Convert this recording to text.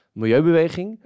milieubeweging